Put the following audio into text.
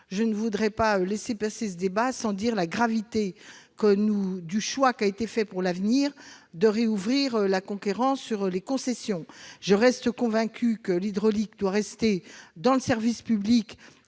Je ne peux pas laisser passer ce débat sans dire la gravité du choix fait pour l'avenir de rouvrir la concurrence sur les concessions. Je reste convaincue que l'énergie hydroélectrique doit demeurer dans le service public,